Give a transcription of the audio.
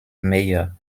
mayor